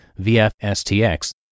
VFSTX